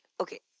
Okay